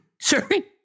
sorry